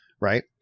Right